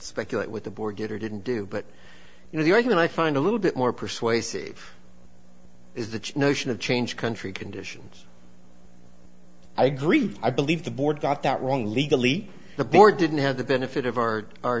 speculate with the board did or didn't do but you know the argument i find a little bit more persuasive is the notion of change country conditions i agree i believe the board got that wrong legally the board didn't have the benefit of our our